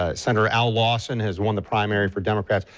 ah senator al lawson has won the primary for democrats.